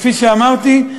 כפי שאמרתי,